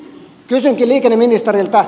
kysynkin liikenneministeriltä